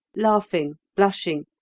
laughing, blushing,